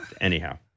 anyhow